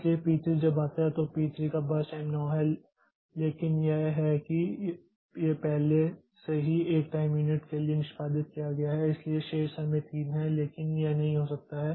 इसलिए पी 3 जब आता है तो पी 3 का बर्स्ट टाइम 9 है लेकिन यह है कि यह पहले से ही 1 टाइम यूनिट के लिए निष्पादित किया गया है इसलिए शेष समय 3 है लेकिन यह नहीं हो सकता है